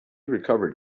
recovered